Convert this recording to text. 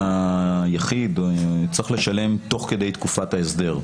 שהיחיד צריך לשלם תוך כדי תקופת ההסדר.